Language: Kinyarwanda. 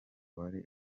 wari